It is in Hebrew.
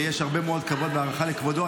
ויש הרבה מאוד כבוד והערכה לכבודו,